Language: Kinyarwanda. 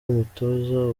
umutoza